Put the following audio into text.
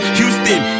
Houston